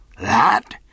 That